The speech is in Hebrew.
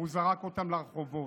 והוא זרק אותם לרחובות.